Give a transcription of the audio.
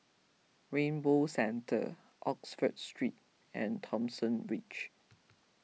Rainbow Centre Oxford Street and Thomson Ridge